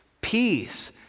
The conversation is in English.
peace